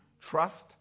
Trust